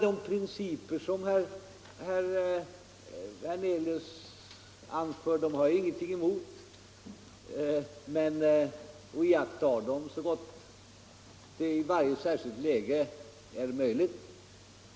De principer som herr Hernelius anför har jag ingenting emot, och jag iakttar dem så gott det i varje särskilt läge är möjligt.